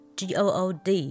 g-o-o-d